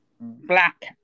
Black